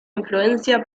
influencia